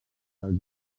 dels